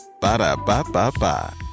Ba-da-ba-ba-ba